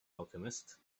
alchemist